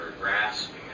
grasping